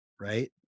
right